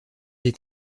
est